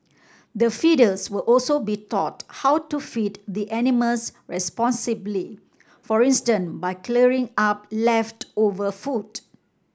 the feeders will also be taught how to feed the animals responsibly for instance by clearing up leftover food